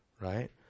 right